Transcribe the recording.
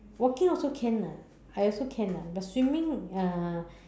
walking also can lah I also can lah but swimming uh